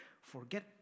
forget